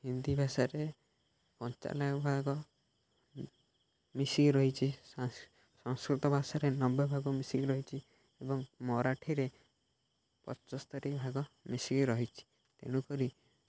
ହିନ୍ଦୀ ଭାଷାରେ ପଞ୍ଚାନବେ ଭାଗ ମିଶିକି ରହିଛି ସଂସ୍କୃତ ଭାଷାରେ ନବେ ଭାଗ ମିଶିକି ରହିଛି ଏବଂ ମରାଠୀରେ ପଚସ୍ତରିୀ ଭାଗ ମିଶିକି ରହିଛି ତେଣୁକରି